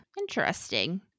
Interesting